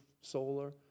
solar